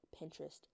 Pinterest